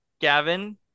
Gavin